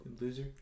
loser